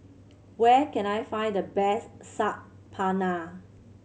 where can I find the best Saag Paneer